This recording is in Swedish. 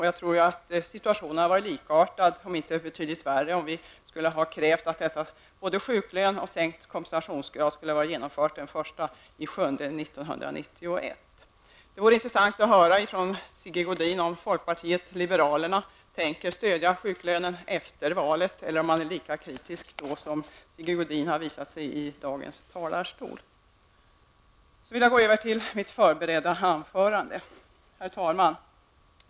Jag tror att situationen hade varit likartad, om inte betydligt värre, om vi hade krävt att både sjuklön och sänkt kompensationsgrad skulle varit genomförda den 1 juli 1991. Det vore intressant att få höra från Sigge Godin om folkpartiet liberalerna tänker stödja sjuklönen efter valet, eller om man är lika kritisk då som Sigge Godin har visat sig vara i talarstolen i dag. Herr talman!